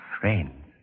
friends